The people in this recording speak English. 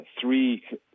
three